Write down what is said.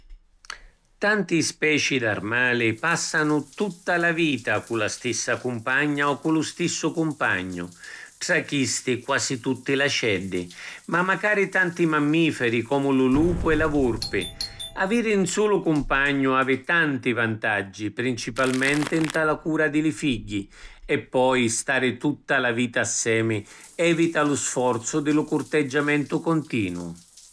Tanti speci d’armali passanu tutta la vita cu la stissa cumpagna o cu lu stissu cumpagnu. Tra chisti quasi tutti l’aceddi. Ma macari tanti mammiferi comu lu lupu e la vurpi. Aviri ‘n sulu cumpagnu havi tanti vantaggi, principalmenti nta la cura di li figghi. E poi stari tutta la vita assemi evita lu sforzu di lu curteggiamentu continuu.